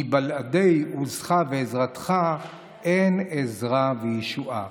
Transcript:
מבלעדי עוזך ועזרתך אין עזרה וישועה".